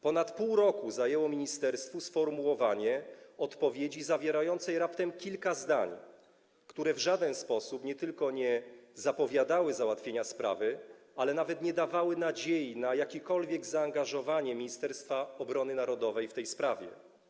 Ponad pół roku zajęło ministerstwu sformułowanie odpowiedzi zawierającej raptem kilka zdań, które w żaden sposób nie tylko nie zapowiadały załatwienia sprawy, ale nawet nie dawały nadziei na jakiekolwiek zaangażowanie Ministerstwa Obrony Narodowej w tę sprawę.